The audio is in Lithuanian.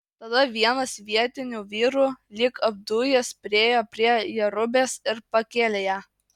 tada vienas vietinių vyrų lyg apdujęs priėjo prie jerubės ir pakėlė ją